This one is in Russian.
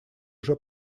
уже